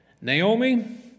Naomi